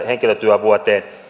henkilötyövuotta